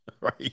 Right